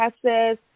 process